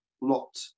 Lot